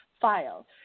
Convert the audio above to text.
file